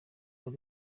ari